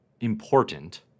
important